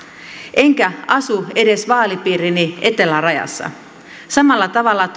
enkä asu edes vaalipiirini etelärajassa samalla tavalla